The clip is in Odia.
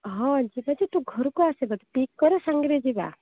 ହଁ ଯିବା ଯେ ତୁ ଘରକୁ ଆସେ ମୋତେ ପିକ୍ କର ସାଙ୍ଗରେ ଯିବା